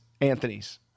Anthony's